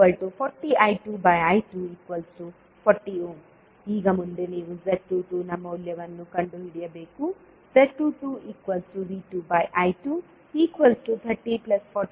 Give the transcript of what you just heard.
z12V1I240I2I2 40 ಈಗ ಮುಂದೆ ನೀವು z22ನ ಮೌಲ್ಯವನ್ನು ಕಂಡುಹಿಡಿಯಬೇಕು z22V2I2